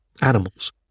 Animals